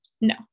No